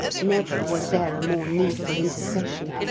never was there a more needful intercession.